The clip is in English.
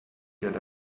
get